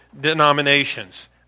denominations